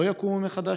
לא יקומו מחדש.